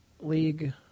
League